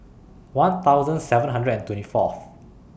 one thousand seven hundred and twenty Fourth